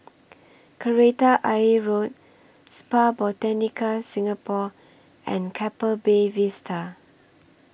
Kreta Ayer Road Spa Botanica Singapore and Keppel Bay Vista